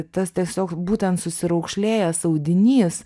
tas tiesiog būtent susiraukšlėjęs audinys